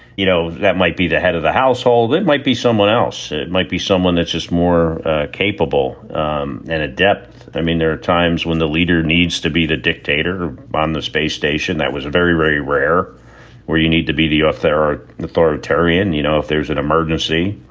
you know, that might be the head of the household. it might be someone else. it might be someone that's just more capable and adept i mean, there are times when the leader needs to be the dictator on the space station. that was a very, very rare where you need to be the if there are authoritarian. you know, if there's an emergency,